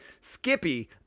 Skippy